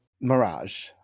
Mirage